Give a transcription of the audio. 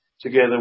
together